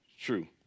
true